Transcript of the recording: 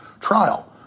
trial